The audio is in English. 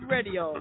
Radio